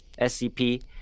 SCP